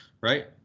Right